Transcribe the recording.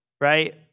Right